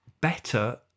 better